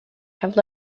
have